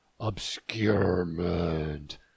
Obscurement